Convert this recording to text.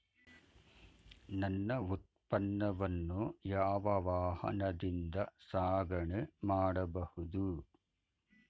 ನನ್ನ ಉತ್ಪನ್ನವನ್ನು ಯಾವ ವಾಹನದಿಂದ ಸಾಗಣೆ ಮಾಡಬಹುದು?